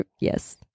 Yes